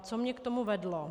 Co mě k tomu vedlo.